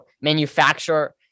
manufacture